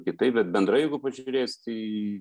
kitaip bet bendrai jeigu pažiūrėsit į